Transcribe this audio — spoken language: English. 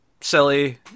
silly